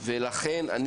ולכן,